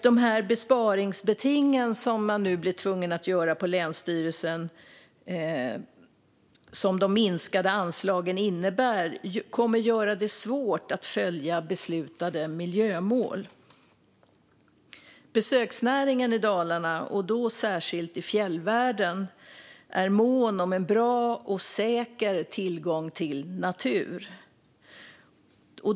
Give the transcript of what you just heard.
De besparingsbeting som man nu blir tvungen att göra på länsstyrelsen och som de minskade anslagen innebär kommer att göra det svårt att följa beslutade miljömål. Besöksnäringen i Dalarna, särskilt i fjällvärlden, är mån om en bra och säker tillgång till natur.